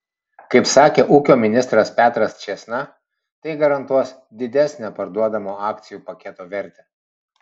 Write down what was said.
kaip sakė ūkio ministras petras čėsna tai garantuos didesnę parduodamo akcijų paketo vertę